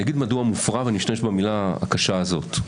אני אומר מדוע הוא מופרע ואני משתמש במילה הקשה הזאת.